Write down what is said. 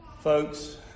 Folks